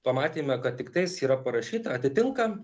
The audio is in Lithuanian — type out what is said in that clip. pamatėme kad tiktais yra parašyta atitinka